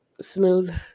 smooth